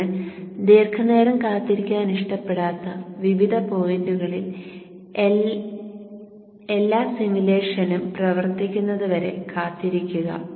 നിങ്ങൾ ദീർഘനേരം കാത്തിരിക്കാൻ ഇഷ്ടപ്പെടാത്ത വിവിധ പോയിന്റുകളിൽ എല്ലാ സിമുലേഷനും പ്രവർത്തിക്കുന്നതുവരെ കാത്തിരിക്കുക